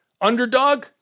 underdog